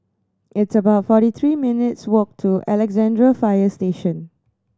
it's about forty three minutes' walk to Alexandra Fire Station